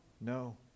No